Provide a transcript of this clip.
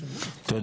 (היו"ר חנוך דב מלביצקי) תודה.